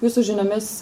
jūsų žiniomis